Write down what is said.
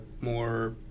more